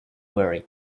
wearing